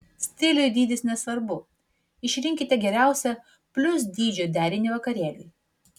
stiliui dydis nesvarbu išrinkite geriausią plius dydžio derinį vakarėliui